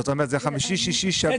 זאת אומרת, זה חמישי, שישי, שבת.